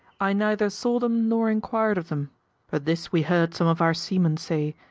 i neither saw them, nor inquir'd of them but this we heard some of our seamen say,